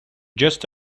just